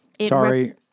Sorry